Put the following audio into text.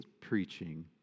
preaching